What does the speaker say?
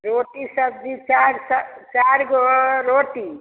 रोटी सब्जी चारि चारि गो रोटी